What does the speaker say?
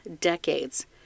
decades